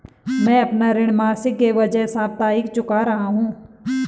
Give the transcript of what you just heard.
मैं अपना ऋण मासिक के बजाय साप्ताहिक चुका रहा हूँ